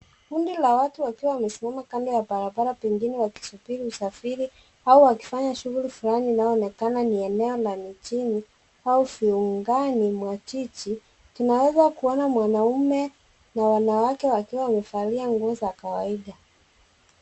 Kundi la watu wakiwa wamesimama kando ya barabara pengine wakisubiri usafiri au wakifanya shughuli fulani inayoonekana ni eneo la mjini au viungani mwa jiji. Tunaweza kuona mwanamume na wanawake wakiwa wamevalia nguo za kawaida.